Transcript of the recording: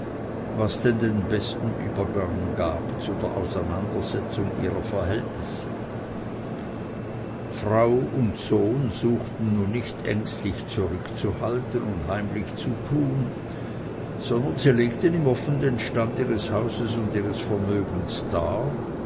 was denn den besten übergang gab zu der auseinandersetzung ihrer verhältnisse frau und sohn suchten nun nicht ängstlich zurückzuhalten und heimlich zu tun sondern sie legten ihm offen den stand ihres hauses und ihres vermögens dar